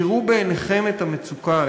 תראו בעינכם את המצוקה,